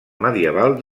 medieval